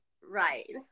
Right